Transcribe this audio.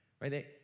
right